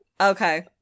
Okay